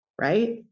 right